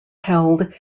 held